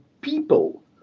people